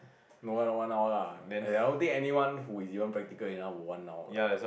no one one hour lah I don't think anyone who is even practical enough would one hour